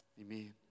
Amen